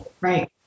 right